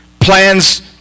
plans